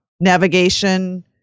navigation